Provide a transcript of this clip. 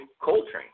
Coltrane